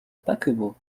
paquebot